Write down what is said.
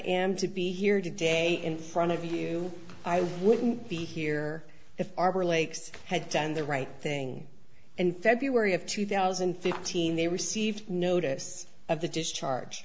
am to be here today in front of you i wouldn't be here if arbor lakes had done the right thing in february of two thousand and fifteen they received notice of the discharge